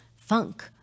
funk